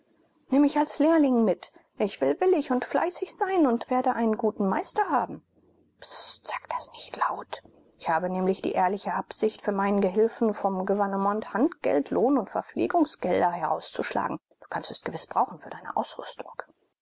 nimm mich als lehrling mit ich will willig und fleißig sein und werde einen guten meister haben pstt sag das nicht laut ich habe nämlich die ehrliche absicht für meinen gehilfen vom gouvernement handgeld lohn und verpflegungsgelder herauszuschlagen du kannst es gewiß brauchen für deine ausrüstung